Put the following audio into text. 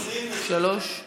השעה 03:00,